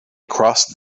crossed